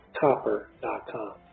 copper.com